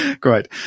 great